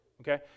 okay